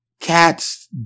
Cats